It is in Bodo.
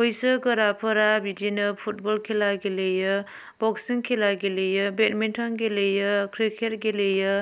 बैसो गोराफोरा बिदिनो फुटबल खेला गेलेयो बक्सिं खेला गेलेयो बेटमेन्टन गेलेयो कृकेट गेलेयो